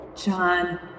John